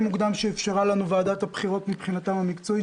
מוקדם שאפשרה לנו ועדת הבחירות מבחינה מקצועית,